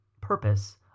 purpose